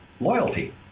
loyalty